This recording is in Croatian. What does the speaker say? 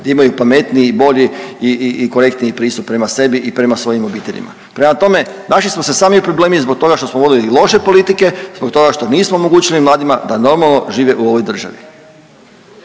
gdje imaju pametniji, bolji i korektniji pristup prema sebi i prema svojim obiteljima. Prema tome, našli smo se sami u problemu zbog toga što smo vodili loše politike, zbog toga što nismo omogućili mladima da normalno žive u ovoj državi.